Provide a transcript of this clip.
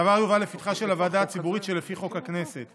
הדבר יובא לפתחה של הוועדה הציבורית שלפי חוק הכנסת,